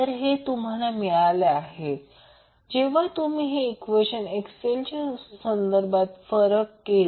तर हे जे तुम्हाला मिळाले जेव्हा तुम्ही हे ईक्वेशन XL च्या संदर्भात फरक केले